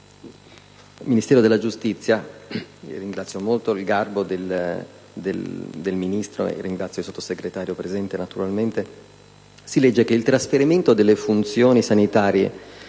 del Ministero della giustizia - ringrazio molto il garbo del Ministro e il Sottosegretario presente - si legge che il trasferimento delle funzioni sanitarie